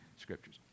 scriptures